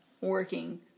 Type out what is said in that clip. working